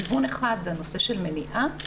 כיוון אחד זה הנושא של מניעה,